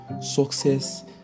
Success